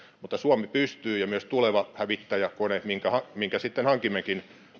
mutta suomi pystyy ja myös tuleva hävittäjäkone minkä minkä sitten hankimmekin